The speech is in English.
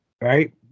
right